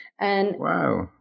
Wow